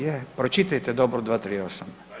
Je, pročitajte dobro 238.